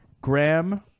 Graham